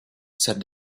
said